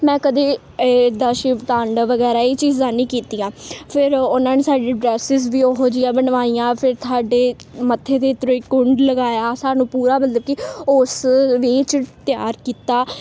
ਮੈਂ ਕਦੇ ਇੱਦਾਂ ਸ਼ਿਵ ਤਾਂਡਵ ਵਗੈਰਾ ਇਹ ਚੀਜ਼ਾਂ ਨਹੀਂ ਕੀਤੀਆਂ ਫਿਰ ਉਹਨਾਂ ਨੇ ਸਾਡੀ ਡਰੈਸਿਸ ਵੀ ਉਹੋ ਜਿਹੀਆਂ ਬਣਵਾਈਆਂ ਫਿਰ ਸਾਡੇ ਮੱਥੇ 'ਤੇ ਤ੍ਰਿਕੁੰਡ ਲਗਾਇਆ ਸਾਨੂੰ ਪੂਰਾ ਮਤਲਬ ਕਿ ਉਸ ਵਿੱਚ ਤਿਆਰ ਕੀਤਾ